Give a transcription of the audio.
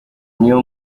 n’iyo